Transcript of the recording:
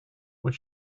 what